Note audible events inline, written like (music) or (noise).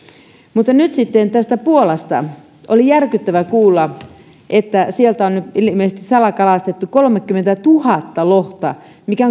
mutta nyt sitten puolasta oli järkyttävää kuulla että sieltä on ilmeisesti salakalastettu kolmekymmentätuhatta lohta mikä (unintelligible)